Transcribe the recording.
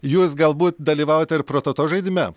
jūs galbūt dalyvavote ir prototo žaidime